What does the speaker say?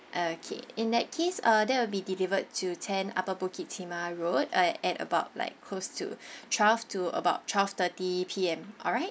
okay in that case uh that will be delivered to ten upper Bukit Timah road uh at about like close to twelve to about twelve-thirty P_M alright